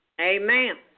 Amen